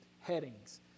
headings